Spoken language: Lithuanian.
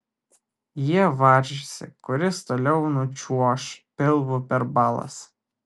jie varžėsi kuris toliau nučiuoš pilvu per balas